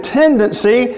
tendency